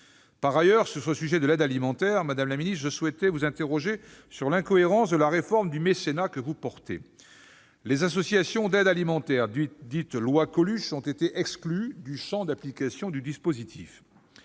Par ailleurs, sur ce sujet de l'aide alimentaire, je souhaitais vous interroger, madame la secrétaire d'État, sur l'incohérence de la réforme du mécénat que vous mettez en oeuvre. Les associations d'aide alimentaire dites « loi Coluche » ont été exclues du champ d'application du dispositif.